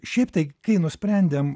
šiaip tai kai nusprendėm